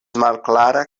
malklara